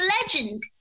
legend